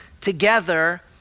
together